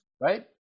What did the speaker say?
Right